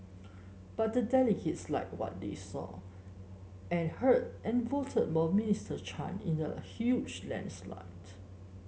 but the delegates liked what they saw and heard and voted more Minister Chan in a huge landslide